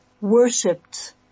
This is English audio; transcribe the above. worshipped